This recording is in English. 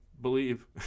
believe